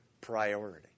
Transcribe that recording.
priority